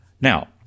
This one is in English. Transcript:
Now